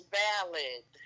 valid